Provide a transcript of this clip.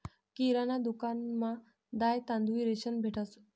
किराणा दुकानमा दाय, तांदूय, रेशन भेटंस